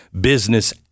business